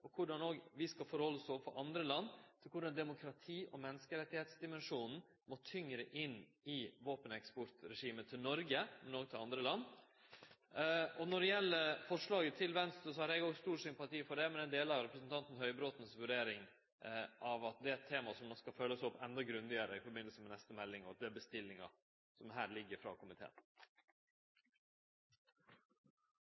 og overfor andre land – med omsyn til korleis demokrati- og menneskerettsdimensjonen må tyngre inn i våpeneksportregimet til Noreg, men òg til andre land. Når det gjeld forslaget til Venstre, har eg òg stor sympati for det, men eg deler representanten Høybråten si vurdering av at det temaet skal følgjast opp enda grundigare i samband med neste melding, og at det er bestillingar som her ligg frå komiteen.